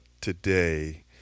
today